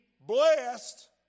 blessed